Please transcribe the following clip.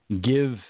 Give